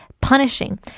punishing